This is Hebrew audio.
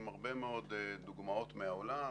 עם הרבה מאוד דוגמאות מהעולם,